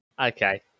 Okay